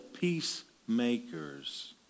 peacemakers